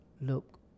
look